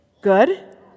Good